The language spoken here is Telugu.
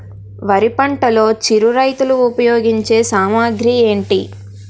వరి పంటలో చిరు రైతులు ఉపయోగించే సామాగ్రి ఏంటి?